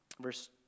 verse